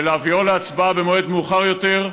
ולהביאו להצבעה במועד מאוחר יותר,